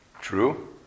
True